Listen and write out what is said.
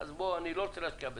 אז אני לא רוצה להשקיע בזה.